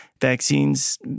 vaccines